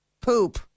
poop